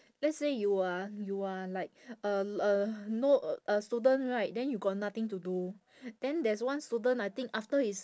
let's say you are you are like uh uh no a student right then you got nothing to do then there's one student I think after his